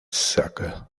sucker